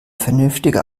vernünftiger